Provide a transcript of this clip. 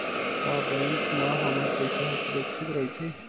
का बैंक म हमर पईसा ह सुरक्षित राइथे?